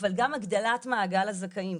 אבל גם הגדלת מעגל הזכאים.